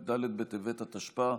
י"ד בטבת התשפ"א,